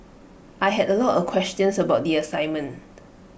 I had A lot of questions about the assignment